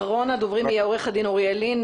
אחרון הדוברים יהיה עו"ד אוריאל לין,